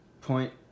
point